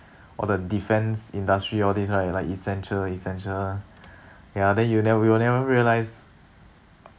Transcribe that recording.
all the defense industry all these right like essential essential ya then you never you'll never realise